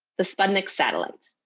the sputnik satellite.